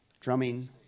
Drumming